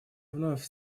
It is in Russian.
вновь